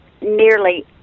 nearly